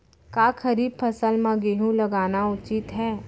का खरीफ फसल म गेहूँ लगाना उचित है?